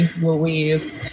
Louise